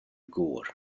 går